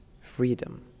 freedom